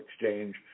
Exchange